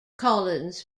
collins